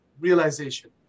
realization